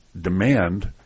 demand